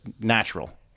natural